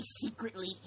secretly